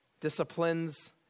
disciplines